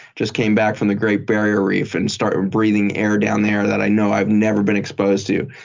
just came back from the great barrier reef and start breathing air down there that i know i've never been exposed to.